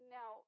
Now